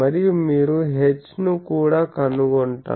మరియు మీరు H ను కూడా కనుగొంటారు